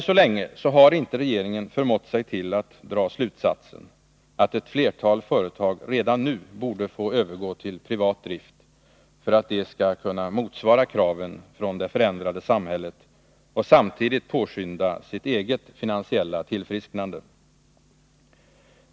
Regeringen har ännu så länge inte förmått sig till att dra slutsatsen att ett flertal företag redan nu borde få övergå till privat drift för att de skall kunna motsvara kraven från det förändrade samhället och samtidigt påskynda sitt eget finansiella tillfrisknande.